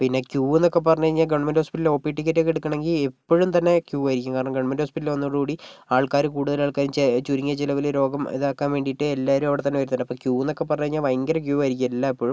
പിന്നെ ക്യൂ എന്നൊക്കെ പറഞ്ഞു കഴിഞ്ഞാൽ ഗവൺമെൻറ് ഹോസ്പിറ്റലിലെ ഒ പി ടിക്കറ്റൊക്കെ എടുക്കണമെങ്കിൽ എപ്പോഴും തന്നെ ക്യൂ ആയിരിക്കും കാരണം ഗവൺമെൻറ് ഹോസ്പിറ്റൽ വന്നതോട് കൂടി ആൾക്കാർ കൂടുതൽ ആൾക്കാർ ചുരുങ്ങിയ ചിലവിൽ രോഗം ഇതാക്കാൻ വേണ്ടിയിട്ട് എല്ലാവരും അവിടെ തന്നെ വരുന്നുണ്ട് ക്യൂ എന്നൊക്കെ പറഞ്ഞു കഴിഞ്ഞാൽ ഭയങ്കര ക്യൂ ആയിരിക്കും എല്ലായ്പ്പോഴും